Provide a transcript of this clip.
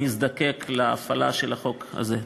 נזדקק להפעלה של החוק הזה.